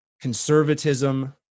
conservatism